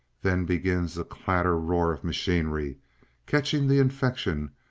then begins a clatter roar of machinery catching the infection,